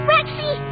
Rexy